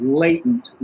latent